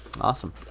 awesome